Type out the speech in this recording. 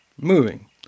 moving